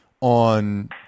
on